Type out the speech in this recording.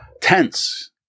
tense